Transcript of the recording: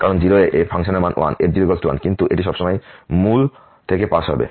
কারণ 0 এ এখানে ফাংশন মান 1 যে f0 1 কিন্তু এটি সবসময় মূল থেকে পাস হবে